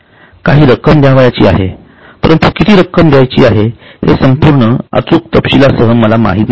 काही रक्कम द्यावयाची आहे परंतु किती रक्कम द्यायची आहे हे संपूर्ण अचूक तपशिलासह मला माहित नाही